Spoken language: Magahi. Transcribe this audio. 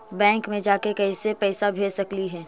बैंक मे जाके कैसे पैसा भेज सकली हे?